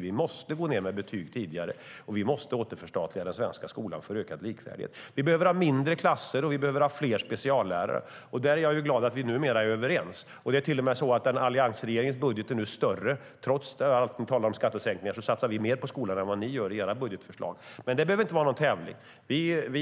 Vi måste gå in med betyg tidigare, och vi måste återförstatliga den svenska skolan för ökad likvärdighet. Vi behöver ha mindre klasser, och vi behöver ha fler speciallärare. Där är jag glad att vi numera är överens. Det är till och med så att alliansregeringens budget nu är större - trots allt ni säger om skattesänkningar satsar vi mer på skolan än vad ni gör i era budgetförslag. Men det behöver inte vara någon tävling, utan